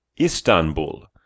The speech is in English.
Istanbul